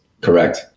correct